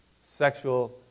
sexual